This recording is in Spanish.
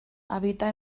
habita